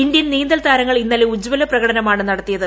Indian നീന്തൽ താരങ്ങൾ ഇന്നലെ ഉജ്ജ്വല പ്രകടനമാണ് നടത്തിയത്